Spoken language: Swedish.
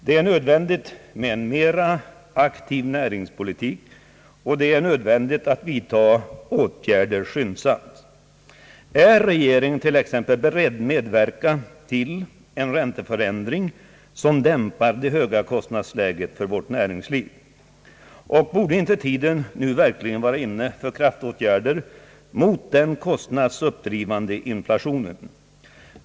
Det är nödvändigt med en mera aktiv näringspolitik, och det är nödvändigt att vidta åtgärder skyndsamt. är regeringen t.ex. beredd att medverka till en ränteförändring som dämpar det höga kostnadsläget för vårt näringsliv? Borde inte tiden nu verkligen vara inne för kraftåtgärder mot den kostnadsuppdrivande inflationen?